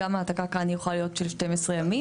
ההעתקה כאן יכולה להיות של 12 ימים.